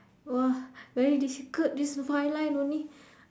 !wah! very difficult this five line only